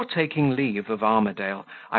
before taking leave of armadale,